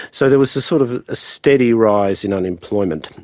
so there was a sort of a steady rise in unemployment,